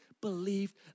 believed